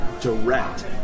direct